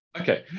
okay